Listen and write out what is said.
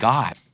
God